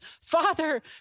Father